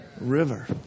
river